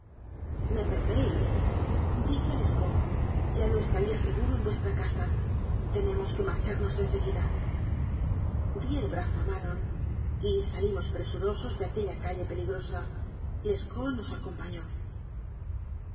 me perdéis dije a lescaut ya no estaría seguro en vues tra casa tenemos que marcharnos en seguida di el brazo a manon y salimos presurosos de aquella calle peligrosa lescaut nos acompañó